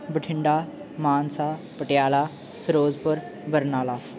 Bathinda Mansa Patiala Firozpur Barnala